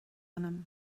anam